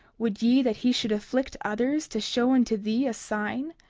would ye that he should afflict others, to show unto thee a sign?